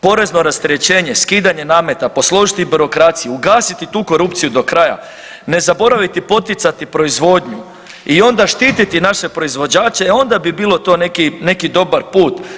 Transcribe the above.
Porezno rasterećenje, skidanje nameta, posložiti birokraciju, ugasiti tu korupciju do kraja, ne zaboraviti poticati proizvodnju i onda štititi naše proizvođače e onda bi bilo to neki dobar put.